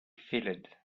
filled